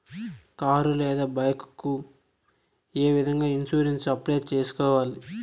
car లేదా bike ఏ విధంగా ఇన్సూరెన్సు అప్లై సేసుకోవాలి